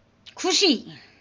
ખુશી